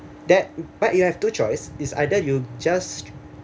that but you have two choice is either you just